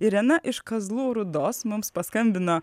irena iš kazlų rūdos mums paskambino